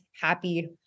happy